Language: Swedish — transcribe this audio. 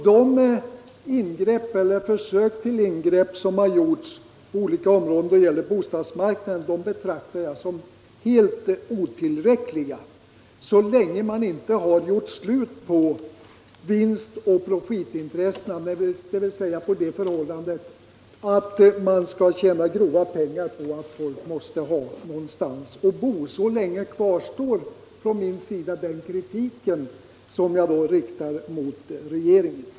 De ingrepp eller försök till ingrepp som gjorts i olika hänseenden då det gäller bostadsmarknaden betraktar jag som helt otillräckliga. Så länge man inte har gjort slut på vinstoch profitintressena — dvs. på förhållandet att det skall tjänas grova pengar på att folk måste ha någonstans att bo — kvarstår den kritik som jag riktar mot regeringen.